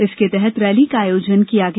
इसके तहत रैली का आयोजन किया गया